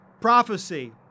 prophecy